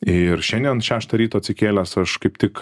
ir šiandien šeštą ryto atsikėlęs aš kaip tik